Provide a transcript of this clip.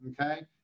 okay